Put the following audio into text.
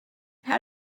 how